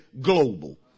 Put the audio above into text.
global